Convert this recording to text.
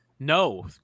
No